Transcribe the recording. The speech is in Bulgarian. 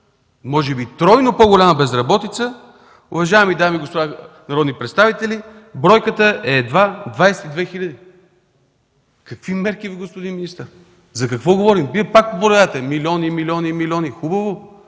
може би и тройно по-голяма, уважаеми дами и господа народни представители, бройката е едва 22 хиляди. Какви мерки, господин министър? За какво говорим? Вие пак продължавате – милиони, милиони, милиони. Хубаво,